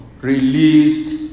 released